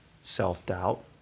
self-doubt